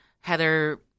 Heather